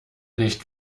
nicht